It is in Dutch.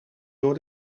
door